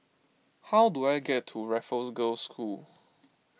how do I get to Raffles Girls' School